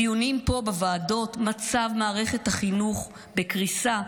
בדיונים פה, בוועדות, מצב מערכת החינוך בקריסה.